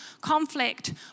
conflict